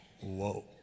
Whoa